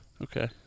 Okay